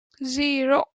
zero